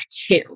two